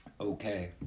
Okay